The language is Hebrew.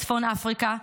מצפון אפריקה,